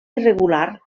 irregular